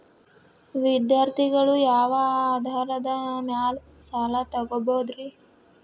ವಿದ್ಯಾರ್ಥಿಗಳು ಯಾವ ಆಧಾರದ ಮ್ಯಾಲ ಸಾಲ ತಗೋಬೋದ್ರಿ?